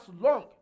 long